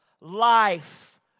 life